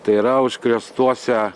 tai yra užkrėstuose